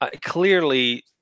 clearly